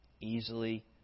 easily